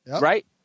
right